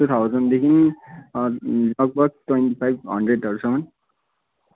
to थाउजेन्डदेखि लगभग twenty five हन्ड्रेडहरूसम्म